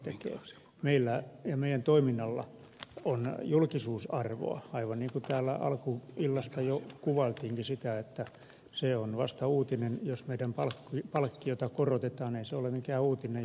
meillä ja meidän toiminnallamme on julkisuusarvoa aivan niin kuin täällä alkuillasta jo kuvailtiinkin sitä että se on vasta uutinen jos meidän palkkiotamme korotetaan ei se ole mikään uutinen jos se jäädytetään